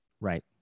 Right